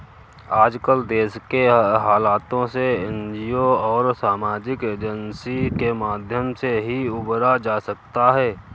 आजकल देश के हालातों से एनजीओ और सामाजिक एजेंसी के माध्यम से ही उबरा जा सकता है